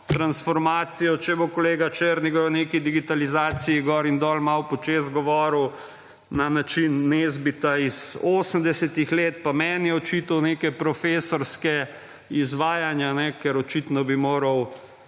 transformacijo, če bo kolega Černigoj o neki digitalizaciji gor in dol, malo po čez govoril na način Nezbita iz 80. let, pa meni očital neke profesorska izvajanja, ker očitno bi moral